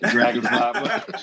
Dragonfly